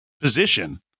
position